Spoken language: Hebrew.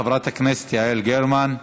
חברת הכנסת יעל גרמן,